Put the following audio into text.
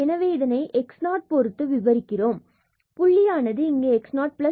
எனவே இதை x0 பொருத்து நாம் விவரிக்கிறோம் புள்ளியானது இங்கு x0hஆகும் Rnhn1n1